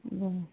हं